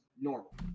normal